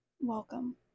Welcome